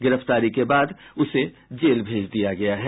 गिरफ्तारी के बाद उसे जेल भेज दिया गया है